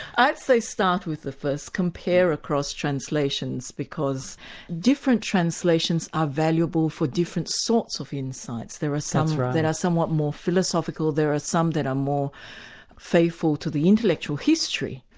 i'd say start with the first. compare across translations, because different translations are valuable for different sorts of insights. there are some ah that are somewhat more philosophical, there are some that are more faithful to the intellectual history.